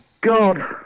God